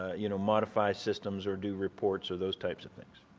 ah you know, modify systems or do reports or those types of things.